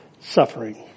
suffering